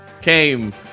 came